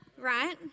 Right